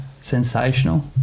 sensational